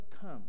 come